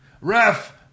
Ref